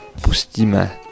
Pustíme